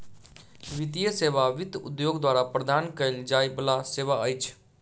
वित्तीय सेवा वित्त उद्योग द्वारा प्रदान कयल जाय बला सेवा अछि